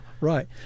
right